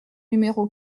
numéro